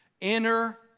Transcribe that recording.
inner